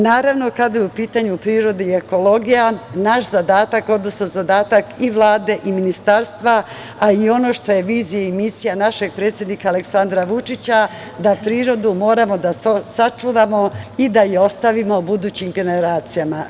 Naravno, kada je u pitanju priroda i ekologija, naš zadatak, odnosno zadatak i Vlade i ministarstva, a i ono što je vizija i misija našeg predsednika Aleksandra Vučića, da prirodu moramo da sačuvamo i da je ostavimo budućim generacijama.